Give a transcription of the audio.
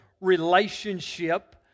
relationship